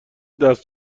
دست